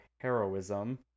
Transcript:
heroism